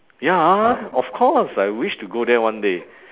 ya of course I wish to go there one day